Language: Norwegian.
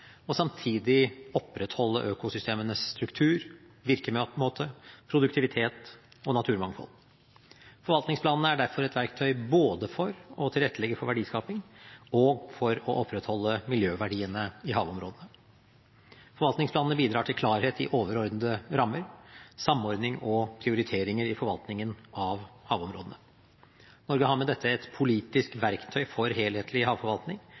og samtidig opprettholde økosystemenes struktur, virkemåte, produktivitet og naturmangfold. Forvaltningsplanene er derfor et verktøy både for å tilrettelegge for verdiskaping og for å opprettholde miljøverdiene i havområdene. Forvaltningsplanene bidrar til klarhet i overordnede rammer, samordning og prioriteringer i forvaltningen av havområdene. Norge har med dette et politisk verktøy for helhetlig havforvaltning